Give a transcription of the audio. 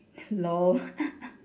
lol